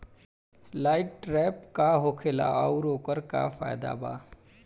Light trap का होखेला आउर ओकर का फाइदा बा?